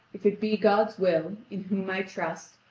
if it be god's will, in whom i trust,